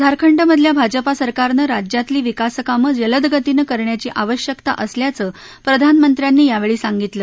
झारखंडमधल्या भाजपा सरकारन राज्यातली विकासकामं जलदगतीनं करण्याची आवश्यकता असल्याचं प्रधानमंत्र्यांनी यावेळी सांगितलं